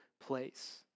place